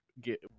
get